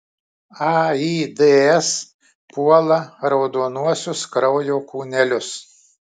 aids puola raudonuosius kraujo kūnelius